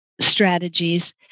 strategies